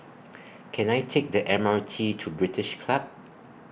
Can I Take The M R T to British Club